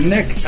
Nick